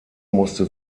musste